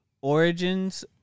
origins